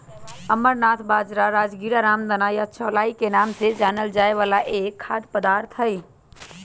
amaranth बाजरा, राजगीरा, रामदाना या चौलाई के नाम से जानल जाय वाला एक खाद्य पदार्थ हई